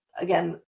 again